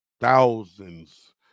thousands